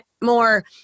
more